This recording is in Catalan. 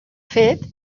fet